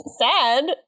sad